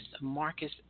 Marcus